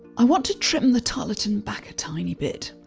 i want to trim the tarlatan back a tiny bit.